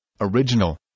original